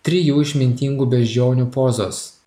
trijų išmintingų beždžionių pozos